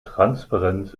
transparenz